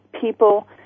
people